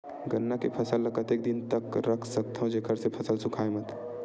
गन्ना के फसल ल कतेक दिन तक रख सकथव जेखर से फसल सूखाय मत?